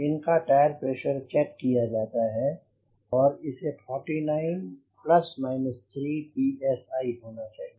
इनका tyre pressure check किया जाता है और इसे 49 plus minus 3 P S I होना चाहिए